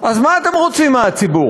אז מה אתם רוצים מהציבור?